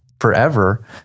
forever